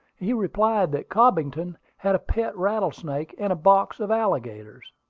he replied that cobbington had a pet rattlesnake and a box of alligators.